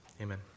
Amen